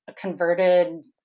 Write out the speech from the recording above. converted